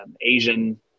asian